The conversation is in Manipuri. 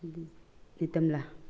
ꯔꯤꯇꯝꯃꯂꯥ